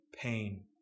pain